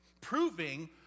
Proving